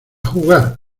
jugar